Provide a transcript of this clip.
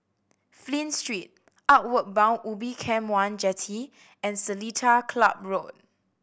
Flint Street Outward Bound Ubin Camp One Jetty and Seletar Club Road